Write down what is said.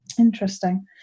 interesting